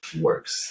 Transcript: works